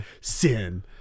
sin